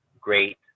great